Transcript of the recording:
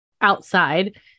outside